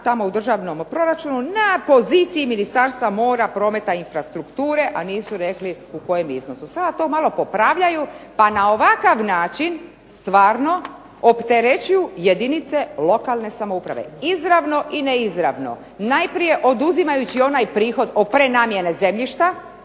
u državnom proračunu na poziciji Ministarstva mora, prometa i infrastrukture, a nisu rekli u kojem iznosu. Sada to malo popravljaju pa na ovakav način stvarno opterećuju jedinice lokalne samouprave izravno i neizravno, najprije oduzimajući onaj prihod o prenamjeni zemljišta,